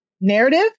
narrative